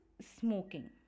smoking